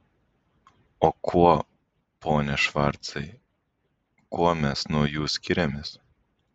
o kuo pone švarcai kuo mes nuo jų skiriamės